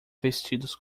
vestidos